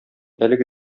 әлеге